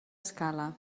escala